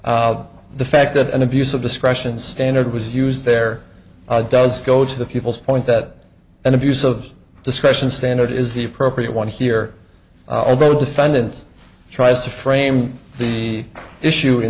case the fact that an abuse of discretion standard was used there does go to the people's point that an abuse of discretion standard is the appropriate one here although the defendant tries to frame the issue in